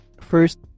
first